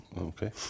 okay